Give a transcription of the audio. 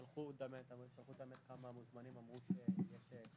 אנחנו באמת נמצאים במצב